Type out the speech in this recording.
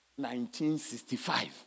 1965